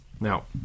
Now